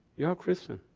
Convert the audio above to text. you're a christian.